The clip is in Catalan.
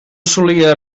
solia